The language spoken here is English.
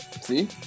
See